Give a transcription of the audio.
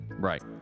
Right